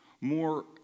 More